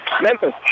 Memphis